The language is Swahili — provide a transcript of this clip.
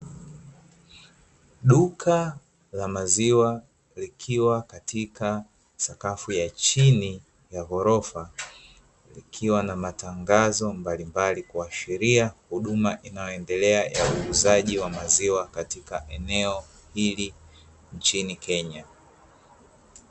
Duka la maziwa likiwa katika sakafu ya chini ya ghorofa, likiwa na matangazo mbalimbali, kuashiria huduma inayoendelea ya uuzaji wa maziwa katika eneo hili chino Kenya.